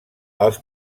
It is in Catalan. els